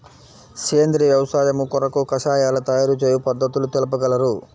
సేంద్రియ వ్యవసాయము కొరకు కషాయాల తయారు చేయు పద్ధతులు తెలుపగలరు?